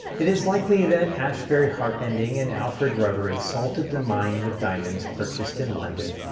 it is likely that asbury harpending and alfred rubery salted the mine with diamonds purchased in london,